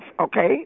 Okay